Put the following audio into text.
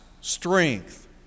strength